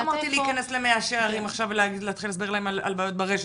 לא אמרתי להיכנס למאה שערים עכשיו ולהתחיל להסביר להם על בעיות ברשת,